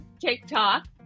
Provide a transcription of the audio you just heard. TikTok